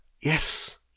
yes